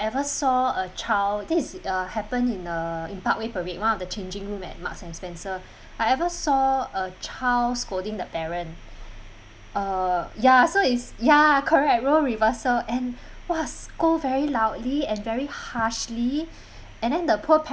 I ever saw a child this is uh happen in uh in parkway parade one of the changing room at Marks & Spencer I ever saw a child scolding the parent uh ya so is ya correct role reversal and !wah! scold very loudly and very harshly and then the poor parent